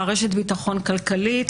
רשת ביטחון כלכלית,